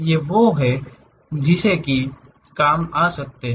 ये वे हैं जो किसी के काम आ सकते हैं